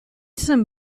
some